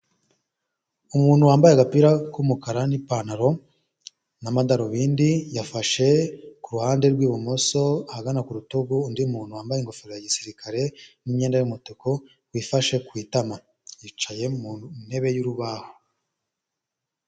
Umuntu wambaye agapira k'umukara n'ipantaro, n'amadarubindi, yafashe kuruhande rw'ibumoso ahagana ku rutugu, undi muntu wambaye ingofero ya gisirikare, n'imyenda y'umutuku wifashe ku itama yicaye mu ntebe y'urubaho.